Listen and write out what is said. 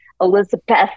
Elizabeth